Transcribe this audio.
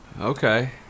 Okay